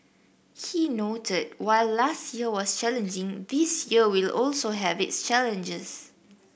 he noted while last year was challenging this year will also have its challenges